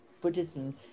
buddhism